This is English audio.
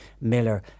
Miller